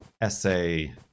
essay